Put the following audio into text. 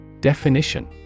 definition